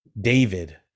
David